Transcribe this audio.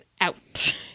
out